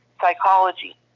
psychology